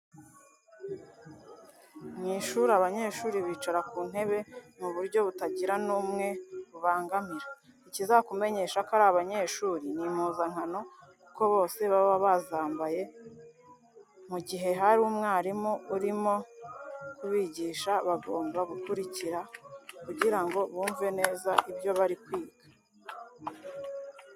Mu ishuri abanyeshuri bicara ku ntebe mu buryo butagira n'umwe bubangamira .Ikizakumenyesha ko ari abanyeshuri ni impuzankano kuko bose baba bazambaye. Mu gihe hari umwarimu urimo kubigisha bagomba gukurikira kugira ngo bumve neza ibyo bari kwiga.